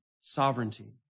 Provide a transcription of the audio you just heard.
sovereignty